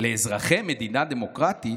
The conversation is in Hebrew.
"לאזרחי מדינה דמוקרטית"